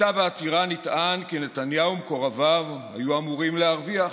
בכתב העתירה נטען כי נתניהו ומקורביו היו אמורים להרוויח,